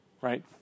right